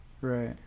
Right